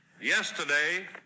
yesterday